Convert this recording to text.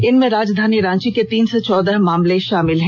इनमें राजधानी रांची के तीन सौ चौदह मामले शामिल हैं